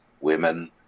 women